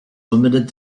omitted